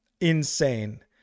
Insane